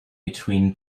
between